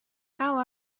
how